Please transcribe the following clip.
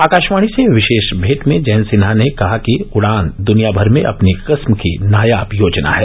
आकाशवाणी से विशेष भेंट में जयंत सिन्हा ने कहा कि उड़ान द्वनियाभर में अपनी किस्म की नायाब योजना है